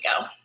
go